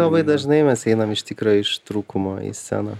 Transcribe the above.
labai dažnai mes einam iš tikro iš trūkumo į sceną